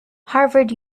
harvard